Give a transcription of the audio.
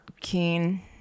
keen